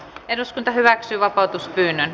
eduskunta hyväksyi vapautuspyynnön